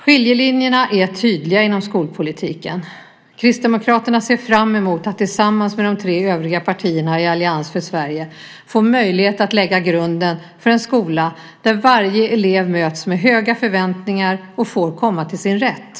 Skiljelinjerna är tydliga inom skolpolitiken. Kristdemokraterna ser fram emot att tillsammans med de tre övriga partierna i Allians för Sverige få möjlighet att lägga grunden för en skola där varje elev möts med höga förväntningar och får komma till sin rätt.